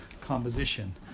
composition